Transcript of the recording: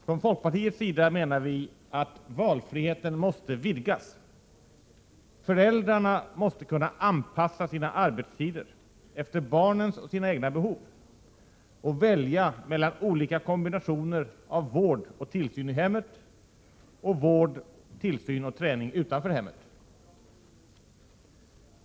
Från folkpartiets sida menar vi att valfriheten måste vidgas. Föräldrarna måste kunna anpassa sina arbetstider efter barnens och sina egna behov och välja mellan olika kombinationer av vård och tillsyn i hemmet samt vård, tillsyn och träning utanför hemmet.